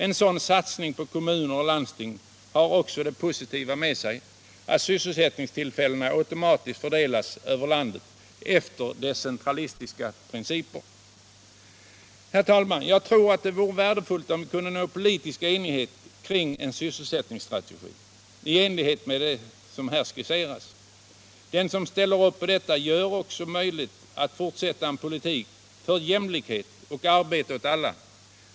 En sådan satsning på kommuner och landsting har också det positiva med sig att sysselsättningstillfällen automatiskt fördelas över landet efter decentralistiska principer. Herr talman! Jag tror att det vore värdefullt om vi kunde nå politisk enighet kring en sysselsättningsstrategi i enlighet med den jag här skisserat. Den som ställer upp på detta gör det också möjligt att fortsätta en politik för jämlikhet och arbete åt alla.